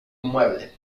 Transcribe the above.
muebles